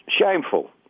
shameful